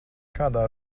kādā